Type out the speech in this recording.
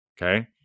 Okay